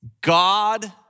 God